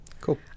Cool